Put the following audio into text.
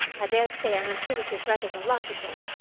i daresay i am intuitive rather than logical.